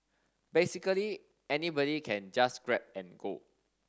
basically anybody can just grab and go